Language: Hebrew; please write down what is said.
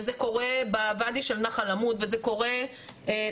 וזה קורה בוואדי של נחל עמוד וזה קורה בפרדסים